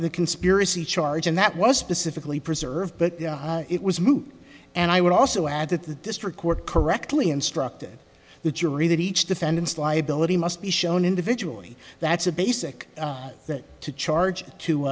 the conspiracy charge and that was specifically preserved but it was moot and i would also add that the district court correctly instructed the jury that each defendant's liability must be shown individually that's a basic that to charge to